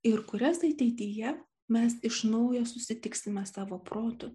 ir kurias ateityje mes iš naujo susitiksime savo protu